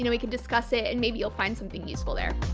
and we can discuss it and maybe you'll find something useful there.